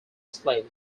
slave